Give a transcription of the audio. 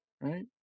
right